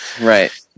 Right